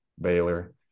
Baylor